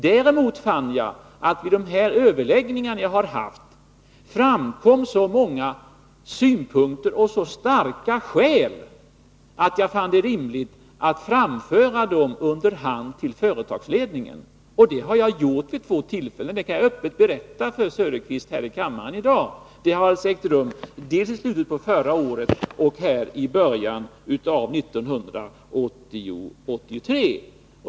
Däremot kan jag säga att det vid de överläggningar jag har haft framkom så många synpunkter och så starka skäl att jag ansåg det rimligt att under hand framföra dessa till företagsledningen. Det har jag gjort vid två tillfällen — det kan jag öppet berätta för herr Söderqvist här i dag — dels i slutet av förra året, dels i början av 1983.